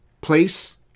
place